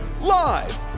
live